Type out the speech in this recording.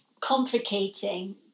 complicating